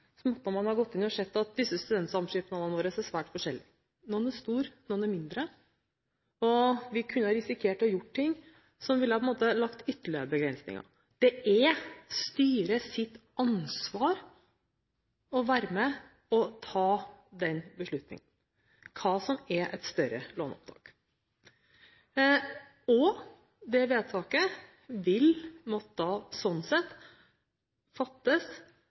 måtte man gått inn og sett at disse studentsamskipnadene våre er svært forskjellige. Noen er store, noen er mindre. Vi kunne risikert å gjøre ting som på en måte ville lagt ytterligere begrensninger. Det er styrets ansvar å være med på å ta beslutningen om hva som er et større låneopptak. Og det vedtaket vil slik sett måtte fattes